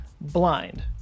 blind